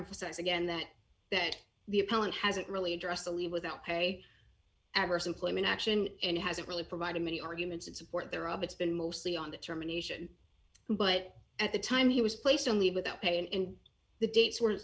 emphasize again that that the appellant hasn't really addressed the leave without pay adverse employment action and hasn't really provided many arguments in support there of it's been mostly on the termination but at the time he was placed on leave without pay and the dates were